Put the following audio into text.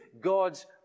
God's